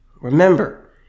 remember